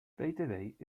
btw